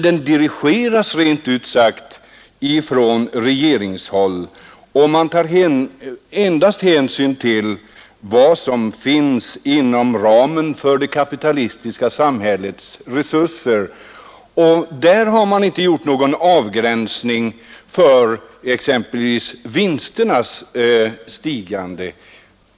Den dirigeras rent ut sagt från regeringshåll, och man tar endast hänsyn till vad som finns inom ramen för det kapitalistiska samhällets resurser. Där har man inte gjort någon avgränsning för exempelvis vinsternas stigande.